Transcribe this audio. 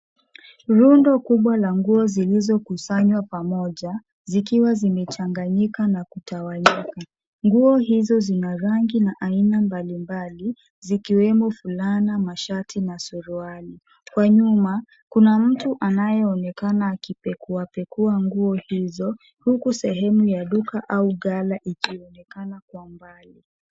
Rundo kubwa la nguo zilizokusanywa pamoja zikiwa zimechanganyika na kutawanyika. Nguo hizo zina rangi na aina mbalimbali zikiwemo fulana, mashati na suruali. Kwa nyuma kuna mtu anayeonekana akipekuapekua nguo hizo, huku sehemu ya duka au ghala ikionekana kwa mbali.